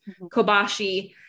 kobashi